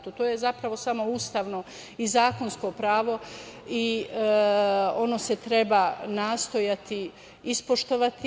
To je zapravo samo ustavno i zakonsko pravo i ono se treba nastojati ispoštovati.